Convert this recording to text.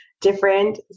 different